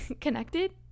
connected